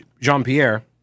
Jean-Pierre